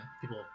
people